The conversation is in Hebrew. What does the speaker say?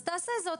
אז תעשה זאת.